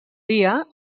dia